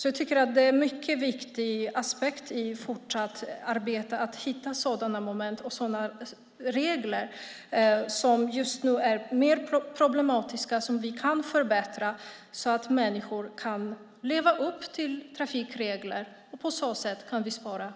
Jag tycker att det är en mycket viktig aspekt i det fortsatta arbetet att hitta sådana moment och sådana regler som just nu är mer problematiska och som vi kan förbättra så att människor kan leva upp till trafikreglerna. På så sätt kan vi spara liv.